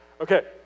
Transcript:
Okay